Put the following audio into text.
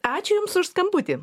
ačiū jums už skambutį